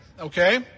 Okay